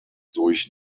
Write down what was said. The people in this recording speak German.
durch